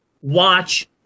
watch